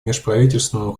межправительственному